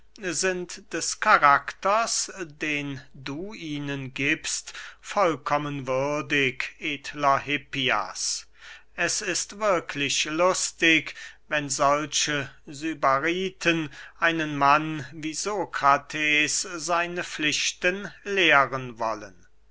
sind des karakters den du ihnen giebst vollkommen würdig edler hippias es ist wirklich lustig wenn solche sybariten einen mann wie sokrates seine pflichten lehren wollen